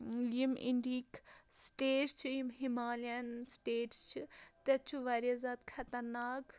یِم انڈِہِکۍ سِٹیٹ چھِ یِم ہمالِین سِٹیٹٕس چھِ تَتہِ چھُ واریاہ زیادٕ خَطرناک